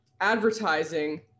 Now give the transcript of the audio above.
advertising